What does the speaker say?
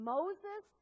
Moses